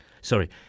Sorry